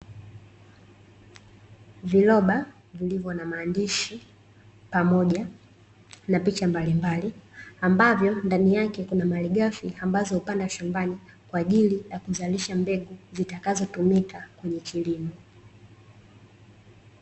Viroba vilivyo na maandishi pamoja na picha mbalimbali, ambavyo ndani yake kuna malighafi ambazo hupandwa shambani, kwa ajili ya kuzalisha mbegu zitakazo tumika kwenye kilimo.